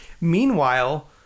Meanwhile